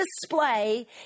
display